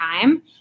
time